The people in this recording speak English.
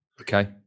Okay